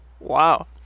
wow